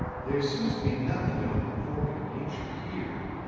there seems to be nothing of an informing nature here,